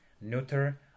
neuter